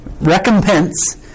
Recompense